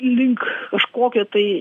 link kažkokio tai